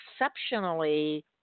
exceptionally